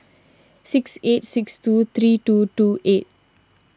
six eight six two three two two eight